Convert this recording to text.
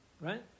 right